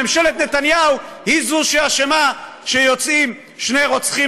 ממשלת נתניהו היא שאשמה שיוצאים שני רוצחים